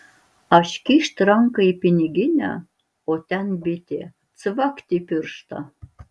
aš kyšt ranką į piniginę o ten bitė cvakt į pirštą